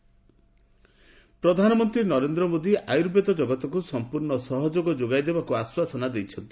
PM ଆୟୁବେଦ ପ୍ରଧାନମନ୍ତ୍ରୀ ନରେନ୍ଦ୍ର ମୋଦୀ ଆୟୁର୍ବେଦ ଜଗତକୁ ସଂପୂର୍ଣ୍ଣ ସହଯୋଗ ଯୋଗାଇଦେବାକୁ ଆଶ୍ୱାସନା ଦେଇଛନ୍ତି